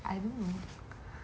I don't know